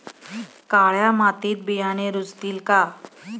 काळ्या मातीत बियाणे रुजतील का?